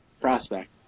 prospect